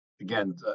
Again